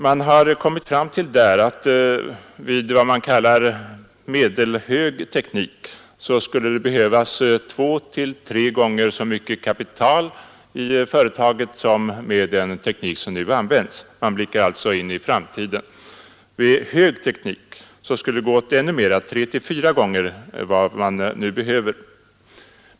Man har där kommit fram till att vid vad man kallar medelhög teknik skulle det behövas två till tre gånger så mycket kapital i företaget som med den teknik som nu används — man blickar alltså in i framtiden. Vid”hög teknik” skulle det gå åt ännu mera — tre till fyra gånger mer än vad som nu behövs.